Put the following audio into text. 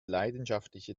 leidenschaftliche